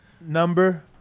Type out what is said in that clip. number